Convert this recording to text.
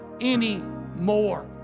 anymore